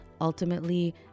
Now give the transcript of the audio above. ultimately